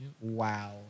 wow